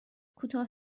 کوتاه